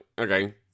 okay